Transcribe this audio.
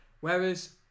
Whereas